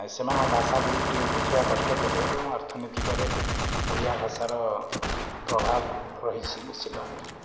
ସେମାନଙ୍କ ଭାଷା ବହୁତ ଟିକେ ବୁଝିବାରେ କଷ୍ଟକର ହୁଏ ଏବଂ ଅର୍ଥନୀତିକରେ ଓଡ଼ିଆ ଭାଷାର ପ୍ରଭାବ ରହିଛି ନିଶ୍ଚିତ ଭାବରେ